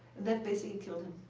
that basically killed him,